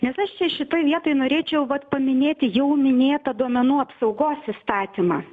nes aš čia šitoj vietoj norėčiau vat paminėti jau minėtą duomenų apsaugos įstatymą